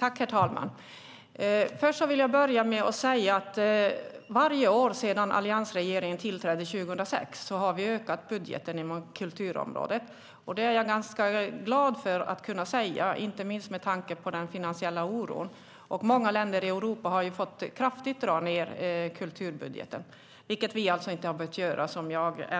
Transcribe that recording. Herr talman! Jag vill börja med att säga att sedan alliansregeringen tillträdde 2006 har vi varje år ökat budgeten inom kulturområdet. Jag är glad för att kunna säga detta, inte minst med tanke på den finansiella oron. Många länder i Europa har fått dra ned kulturbudgeten kraftigt, vilket alltså vi inte har behövt göra.